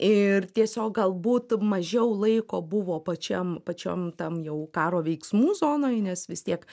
ir tiesiog galbūt mažiau laiko buvo pačiam pačiam tam jau karo veiksmų zonoj nes vis tiek